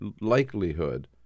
likelihood